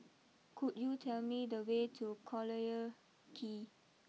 could you tell me the way to Collyer Quay